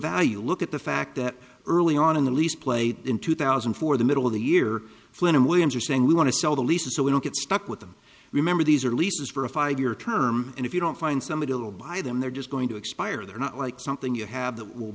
value look at the fact that early on in the lease played in two thousand and four the middle of the year flynn and williams are saying we want to sell the leases so we don't get stuck with them remember these are leases for a five year term and if you don't find somebody who will buy them they're just going to expire they're not like something you have that will